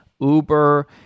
Uber